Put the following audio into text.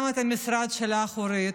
גם את המשרד שלך, אורית,